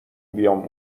بیام